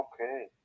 Okay